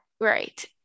right